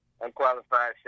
Unqualified